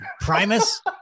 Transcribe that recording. primus